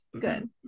good